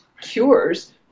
cures